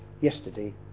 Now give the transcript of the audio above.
yesterday